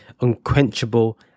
unquenchable